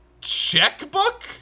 checkbook